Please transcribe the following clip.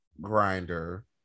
grinder